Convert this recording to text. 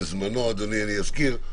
בזמנו אני אזכיר,